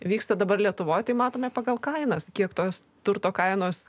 vyksta dabar lietuvoje tai matome pagal kainas kiek tos turto kainos